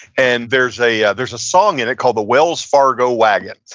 and there's a yeah there's a song in it called the wells-fargo wagon.